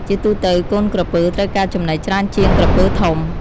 ជាទូទៅ កូនក្រពើត្រូវការចំណីច្រើនជាងក្រពើធំ។